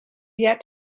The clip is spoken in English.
yet